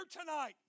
tonight